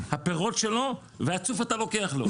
הפירות שלו והצוף אתה לוקח לו.